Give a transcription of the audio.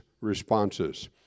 responses